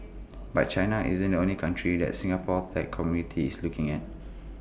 but China isn't only country the Singapore tech community is looking at